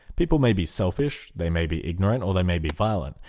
people may be selfish, they may be ignorant or they may be violent.